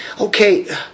okay